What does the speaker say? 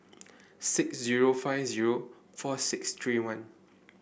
six zero five zero four six three one